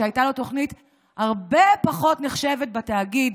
שהייתה לו תוכנית הרבה פחות נחשבת בתאגיד,